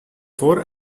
four